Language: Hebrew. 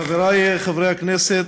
חברי חברי הכנסת,